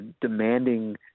demanding –